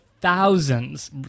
thousands